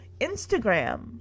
Instagram